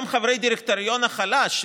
גם חברי הדירקטוריון החלש,